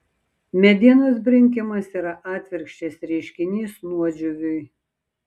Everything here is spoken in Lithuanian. medienos brinkimas yra atvirkščias reiškinys nuodžiūviui